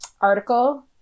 article